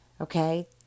Okay